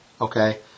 okay